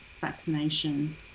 vaccination